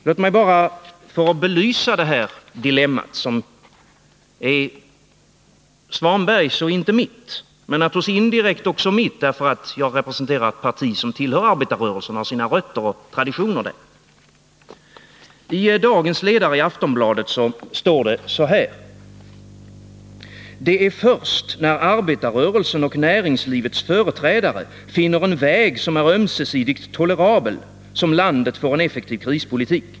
Låt mig bara för att belysa detta dilemma, som är herr Svanbergs och inte mitt, åtminstone inte annat än indirekt — också jag representerar ett parti som tillhör arbetarrörelsen och har sina rötter och traditioner där. I gårdagens ledare i Aftonbladet står det så här: ”Det är först när arbetarrörelsen och näringslivets företrädare finner en väg som är ömsesidigt tolerabel som landet får en effektiv krispolitik.